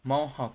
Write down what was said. mount hak~